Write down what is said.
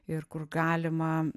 ir kur galima